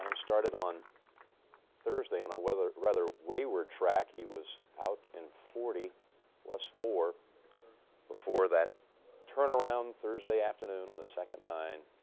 um started on thursday on a weather rather wayward track, he was out in forty plus four before that turn around thursday afternoon on the second nine.